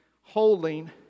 holding